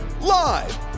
Live